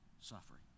suffering